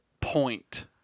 point